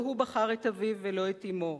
לא הוא בחר את אביו ולא את אמו,